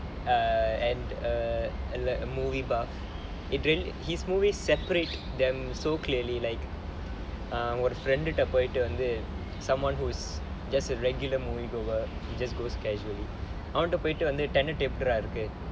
err and err and let a movie buff it his movies separate them so clearly like err ஒரு:oru friend போயிட்டு வந்து:poyittu vanthu someone who's just a regular movie goer who just goes casually போயிட்டு வந்து:poyittu vanthu tenant எப்படி இருக்கு:eppadi irukku